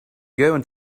going